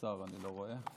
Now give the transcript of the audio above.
שר אני לא רואה.